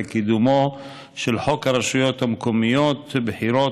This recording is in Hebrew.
לקידומו של תיקון לחוק הרשויות המקומיות (בחירות),